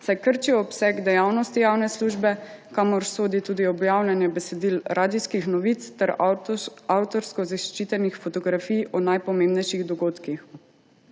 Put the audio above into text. saj krčijo obseg dejavnosti javne službe, kamor sodi tudi objavljanje besedil radijskih novic ter avtorsko zaščitenih fotografij o najpomembnejših dogodkih.